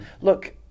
Look